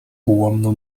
ułomną